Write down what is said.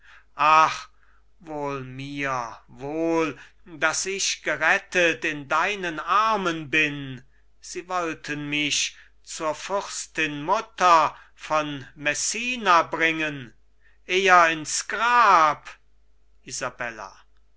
wohl mir wohl daß ich gerettet in deinen armen bin sie wollten mich zur fürstin mutter von messina bringen eher ins grab